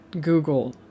Google